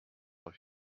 with